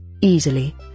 easily